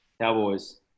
Cowboys